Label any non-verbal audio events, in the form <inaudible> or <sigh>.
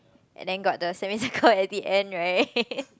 and then got the semi circle at the end right <laughs>